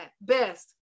best